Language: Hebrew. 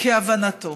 כהבנתו,